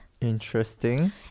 Interesting